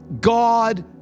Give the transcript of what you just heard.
God